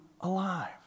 alive